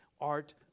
art